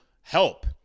help